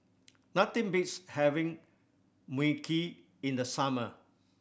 nothing beats having Mui Kee in the summer